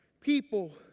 people